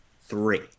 Three